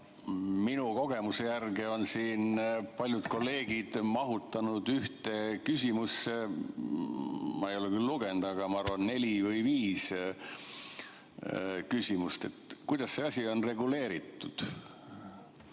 minu kogemuse järgi on siin paljud kolleegid mahutanud ühte küsimusse, ma ei ole küll lugenud, aga ma arvan, neli või viis küsimust. Kuidas see asi on reguleeritud?